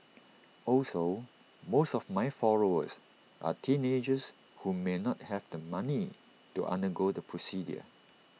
also most of my followers are teenagers who may not have the money to undergo the procedure